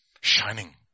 shining